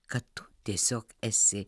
kad tu tiesiog esi